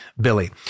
Billy